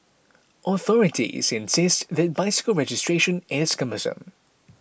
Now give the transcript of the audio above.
authorities insist that bicycle registration is cumbersome